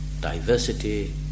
diversity